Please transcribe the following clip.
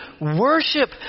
worship